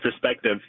perspective